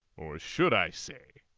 or should i say.